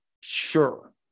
sure